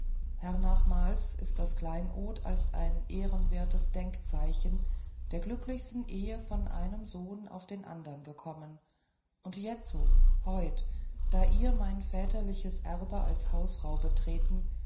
hernachmals ist das kleinod als ein ehrenwertes denkzeichen der glücklichsten ehe von einem sohn auf den andern gekommen und jetzo heut da ihr mein väterliches erbe als hausfrau betreten